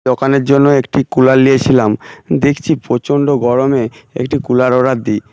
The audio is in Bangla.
দোকানের জন্য একটি কুলার নিয়েছিলাম দেখছি প্রচণ্ড গরমে একটি কুলার অর্ডার দিই